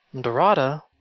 Dorada